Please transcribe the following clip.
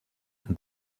and